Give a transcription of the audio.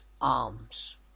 arms